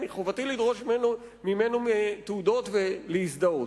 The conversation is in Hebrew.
לדרוש ממנו תעודות ולהזדהות.